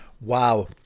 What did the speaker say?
Wow